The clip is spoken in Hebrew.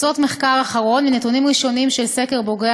תוצאות מחקר אחרון: מנתונים ראשוניים של סקר בוגרי